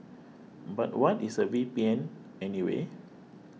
but what is a V P N anyway